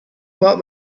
what